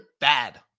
bad